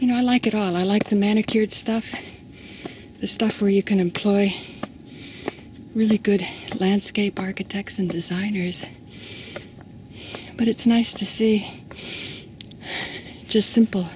you know i like it all i like the manicured stuff the stuff where you can employ really good landscape architects and designers but it's nice to see just simple